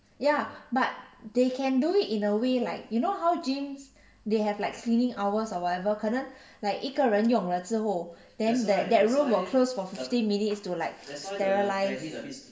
ya but they can do it in a way like you know how gyms they have like cleaning hours or whatever 可能 like 一个人用了之后 then that that room will close for fifteen minutes to like sterilize